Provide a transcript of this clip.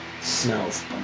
Smells